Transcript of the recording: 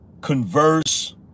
converse